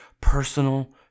personal